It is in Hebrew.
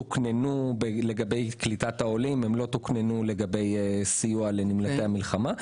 הן תוקננו לגבי קליטת העולים ולא לגבי סיוע לנמלטי המלחמה.